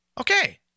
Okay